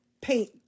paint